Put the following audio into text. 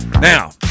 Now